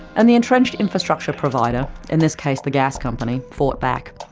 and the entrenched infrastructure provider, in this case the gas companies, fought back.